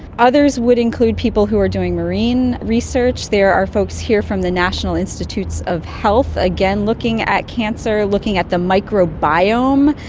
others would include people who are doing marine research. there are folks here from the national institutes of health, again looking at cancer, looking at the microbiome,